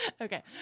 Okay